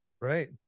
Right